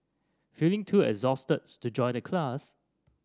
feeling too exhausted to join the class